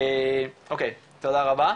אוקי, תודה רבה,